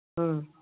ꯎꯝ